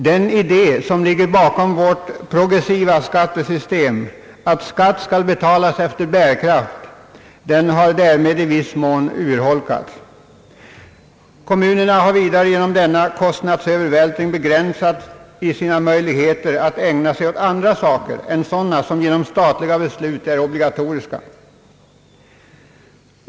Den idé som ligger bakom vårt progressiva skattesystem, nämligen att skatt skall betalas efter bärkraft, har i viss mån urholkats. Kommunerna har genom denna kostnadsövervältring begränsats i sina möjligheter att ägna sig åt andra saker än sådana som genom statliga beslut är obligatoriska.